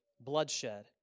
bloodshed